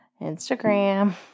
Instagram